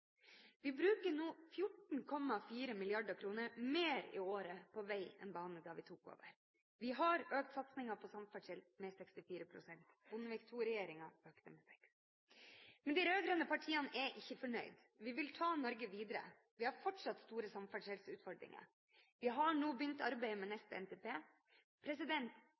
Vi bruker nå 14,4 mrd. kr mer i året på veg og bane enn da vi tok over. Vi har økt satsingen på samferdsel med 64 pst. – Bondevik II-regjeringen økte med 6 pst. Men de rød-grønne partiene er ikke fornøyd. Vi vil ta Norge videre. Vi har fortsatt store samferdselsutfordringer. Vi har nå begynt arbeidet med neste NTP.